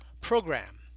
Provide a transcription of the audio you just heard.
program